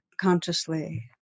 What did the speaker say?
consciously